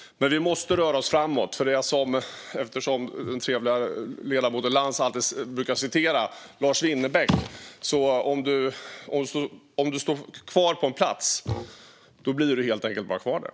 Vi måste röra oss framåt, och den trevlige ledamoten Lantz brukar ju citera Lars Winnerbäck: Står du still på en plats så blir du helt enkelt kvar där.